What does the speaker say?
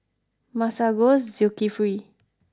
Masagos Zulkifli